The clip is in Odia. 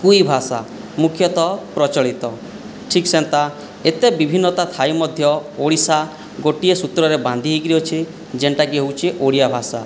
କୁଇ ଭାଷା ମୁଖ୍ୟତଃ ପ୍ରଚଳିତ ଠିକ୍ ସେମିତିଆ ଏତେ ବିଭିନ୍ନତା ଥାଇ ମଧ୍ୟ ଓଡ଼ିଶା ଗୋଟିଏ ସୂତ୍ରରେ ବାନ୍ଧି ହୋଇକରି ଅଛି ଯେଉଁଟାକି ହେଉଛି ଓଡ଼ିଆ ଭାଷା